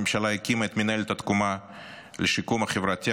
הממשלה הקימה את מינהלת תקומה לשיקום החברתי,